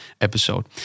episode